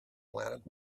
planet